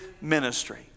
ministry